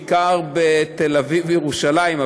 בעיקר בתל אביב ובירושלים,